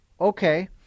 Okay